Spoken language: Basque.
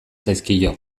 zaizkio